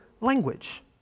language